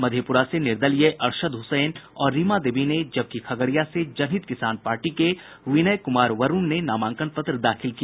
मधेपुरा से निर्दलीय अरशद हुसैन और रीमा देवी ने जबकि खगड़िया से जनहित किसान पार्टी के विनय कुमार वरूण ने नामांकन पत्र दाखिल किया